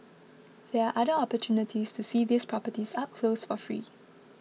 there are other opportunities to see these properties up close or free